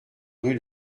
rue